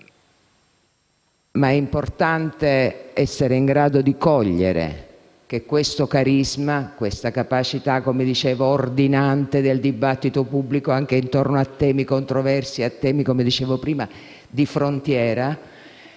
Ma è importante essere in grado di cogliere che questo carisma, questa capacità ordinante del dibattito pubblico, anche intorno a temi controversi, a temi di frontiera,